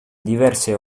diverse